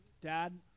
dad